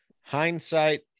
Hindsight